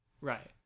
Right